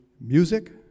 music